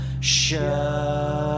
Show